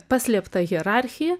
paslėptą hierarchiją